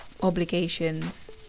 obligations